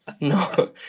No